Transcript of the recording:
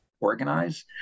organize